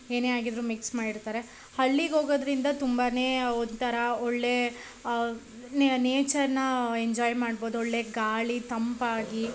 ಏನೇ ಆಗಿದ್ರೂ ಮಿಕ್ಸ್ ಮಾಡಿರ್ತಾರೆ ಹಳ್ಳಿಗೋಗೊದರಿಂದ ತುಂಬಾ ಒಂಥರಾ ಒಳ್ಳೆಯ ನೇ ನೇಚರನ್ನ ಎಂಜಾಯ್ ಮಾಡ್ಬೋದು ಒಳ್ಳೆಯ ಗಾಳಿ ತಂಪಾಗಿ